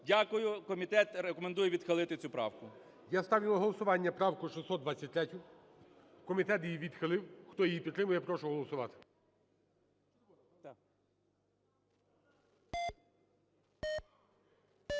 Дякую. Комітет рекомендує відхилити цю правку. 16:46:33 ГОЛОВУЮЧИЙ. Я ставлю на голосування правку 623. Комітет її відхилив. Хто її підтримує, я прошу голосувати.